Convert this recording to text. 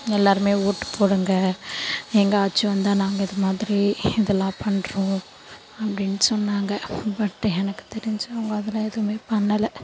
எல்லோருமே ஓட்டு போடுங்கள் எங்கள் ஆட்சி வந்தால் நாங்கள் இதுமாதிரி இதெல்லாம் பண்ணுறோம் அப்படின்னு சொன்னாங்க பட் எனக்கு தெரிஞ்சு அவங்க அதலாம் எதுவுமே பண்ணலை